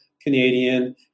Canadian